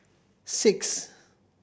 six